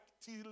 till